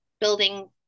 building